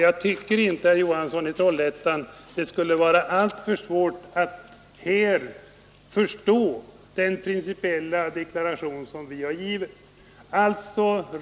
Jag tycker inte, herr Johansson i Trollhättan, att det skulle vara alltför svårt att förstå den principiella deklaration som vi har avgivit.